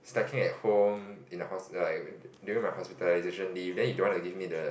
slacking at home in the hos~ like during my hospitalization leave then you don't want give me the